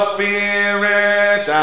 Spirit